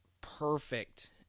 perfect